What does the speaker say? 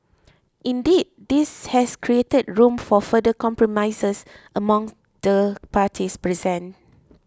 indeed this has created room for further compromises amongst the parties present